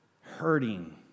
hurting